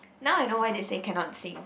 now I know why they say cannot sing